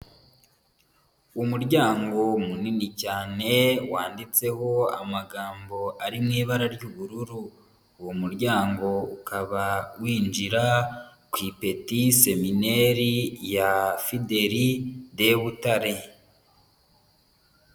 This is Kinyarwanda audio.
Umuryango munini cyane wanditseho amagambo ari mu ibara ry'ubururu, uwo muryango ukaba winjira ku Ipeti Seminari ya Fideli de Butare.